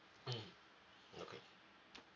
mmhmm okay